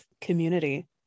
community